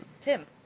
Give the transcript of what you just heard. Tim